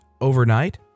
overnight